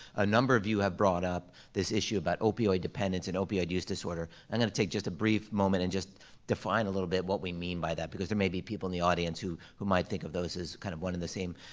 a number of you have brought up this issue about opioid dependence and opioid use disorder, i'm and gonna take just a brief moment and just define a little bit what we mean by that because there may be people in the audience who who might think of those as kind of one and the same.